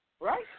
right